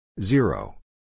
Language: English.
Zero